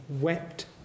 wept